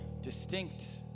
distinct